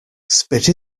spit